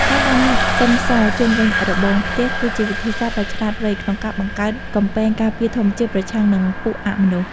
ការដាំខ្ទឹមសជុំវិញរបងផ្ទះគឺជាវិធីសាស្ត្រដ៏ឆ្លាតវៃក្នុងការបង្កើតកំពែងការពារធម្មជាតិប្រឆាំងនឹងពួកអមនុស្ស។